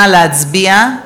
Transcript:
נא להצביע.